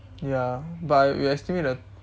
ya but we estimate the